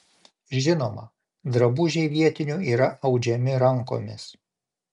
žinoma drabužiai vietinių yra audžiami rankomis